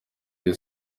iri